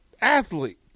athlete